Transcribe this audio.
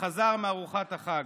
כשחזר מארוחת החג.